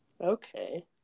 Okay